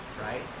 Right